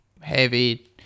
heavy